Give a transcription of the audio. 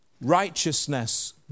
righteousness